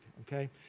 Okay